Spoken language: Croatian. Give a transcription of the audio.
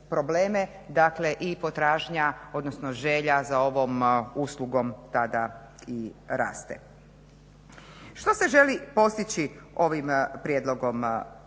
dakle i potražnja odnosno želja za ovom uslugom tada i raste. Što se želi postići ovim prijedlogom